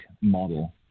model